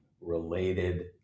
related